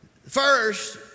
First